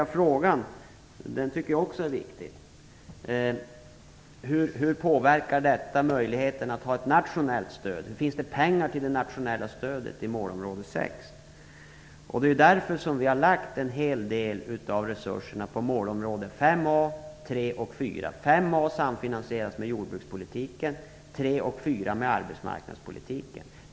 Jag tycker också att den fråga Bengt Hurtig ställde är viktig, dvs. hur detta påverkar möjligheten att ha ett nationellt stöd, om det finns pengar till det nationella stödet i målområde 6. Det är därför vi har lagt en hel del av resurserna på målområde 5a, 3 och 4. 5a samfinansieras med jordbrukspolitiken, och 3 och 4 samfinansieras med arbetsmarknadspolitiken.